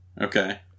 Okay